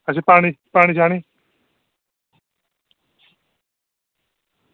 अच्छा पानी